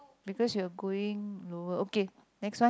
because you're going lower okay next one